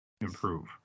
improve